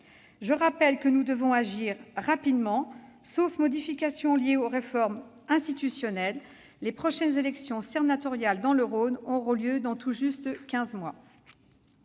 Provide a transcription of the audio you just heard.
Je rappelle que nous devons agir rapidement : sauf modification liée aux réformes institutionnelles, les prochaines élections sénatoriales dans le Rhône auront lieu dans tout juste quinze mois.